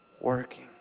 working